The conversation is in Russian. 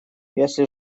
если